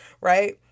right